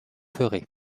ferez